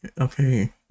Okay